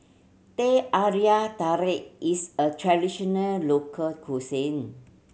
teh tarik is a traditional local cuisine